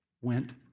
went